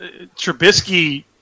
Trubisky